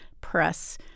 press